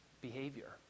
behavior